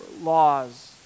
laws